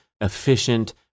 efficient